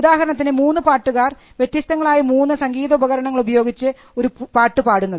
ഉദാഹരണത്തിന് 3 പാട്ടുകാർ വ്യത്യസ്തങ്ങളായ മൂന്ന് സംഗീത ഉപകരണങ്ങൾ ഉപയോഗിച്ച് ഒരു പാട്ട് പാടുന്നത്